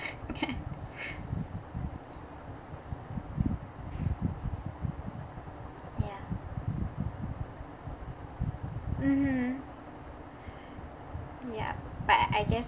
ya mmhmm ya but I guess